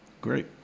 Great